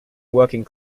working